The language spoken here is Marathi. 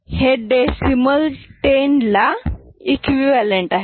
हे डेसिमाल 10 ला एकव्हिवलंट आहे